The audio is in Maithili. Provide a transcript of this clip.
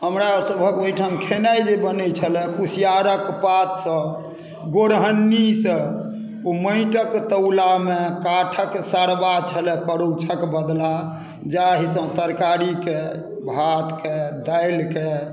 हमरा सभक ओहिठाम खेनाइ जे बनैत छलए कुसियारक पातसँ गोरहन्नीसँ ओ माटिक तौलामे काठक सरवा छलए करछुक बदला जाहिसँ तरकारीकेँ भातकेँ दालिकेँ